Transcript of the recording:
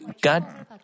God